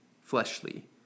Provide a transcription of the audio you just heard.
fleshly